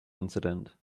incident